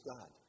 God